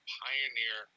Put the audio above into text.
pioneer